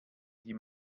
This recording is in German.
die